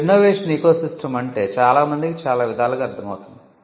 ఇప్పుడు innovation ecosystem అంటే చాలా మందికి చాలా విధాలుగా అర్ధం అవుతుంది